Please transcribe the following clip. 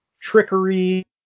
trickery